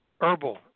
herbal